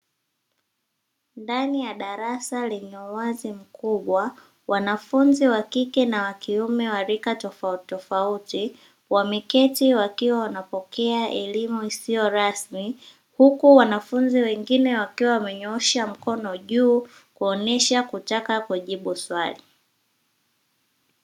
Ndani ya darasa lenye uwazi mkubwa wanafunzi wa kike na wa kiume wa rika tofautitofauti wameketi wakiwa wanapokea elimu isiyo rasmi, huku wanafunzi wengine wakiwa wamenyoosha mkono juu kuonyesha kutaka kujibu swali.